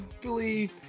fully